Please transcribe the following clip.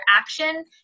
action